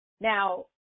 now